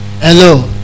Hello